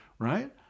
Right